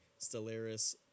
Stellaris